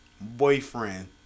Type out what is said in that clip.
boyfriend